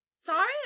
Sorry